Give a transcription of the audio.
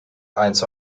eins